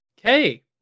Okay